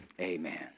Amen